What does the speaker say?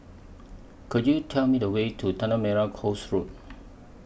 Could YOU Tell Me The Way to Tanah Merah Coast Road